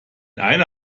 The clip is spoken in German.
eine